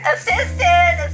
Assistant